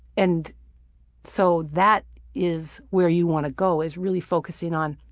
and so that is where you want to go, is really focusing on